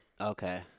Okay